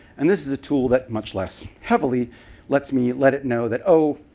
and this is a tool that much less heavily lets me let it know that, oh,